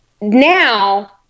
now